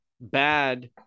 bad